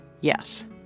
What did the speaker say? yes